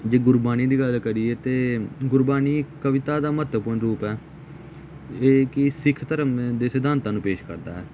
ਜੇ ਗੁਰਬਾਣੀ ਦੀ ਗੱਲ ਕਰੀਏ ਤਾਂ ਗੁਰਬਾਣੀ ਕਵਿਤਾ ਦਾ ਮਹੱਤਵਪੂਰਨ ਰੂਪ ਹੈ ਇਹ ਕਿ ਸਿੱਖ ਧਰਮ ਦੇ ਦੇ ਸਿਧਾਂਤਾਂ ਨੂੰ ਪੇਸ਼ ਕਰਦਾ ਹੈ